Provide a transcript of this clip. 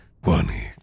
one